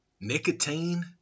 nicotine